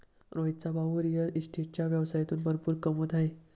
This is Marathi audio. रोहितचा भाऊ रिअल इस्टेटच्या व्यवसायातून भरपूर कमवत आहे